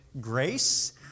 grace